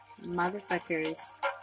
motherfuckers